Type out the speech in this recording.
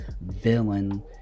villain